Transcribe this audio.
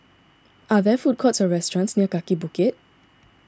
are there food courts or restaurants near Kaki Bukit